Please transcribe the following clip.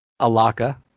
Alaka